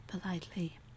politely